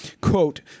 quote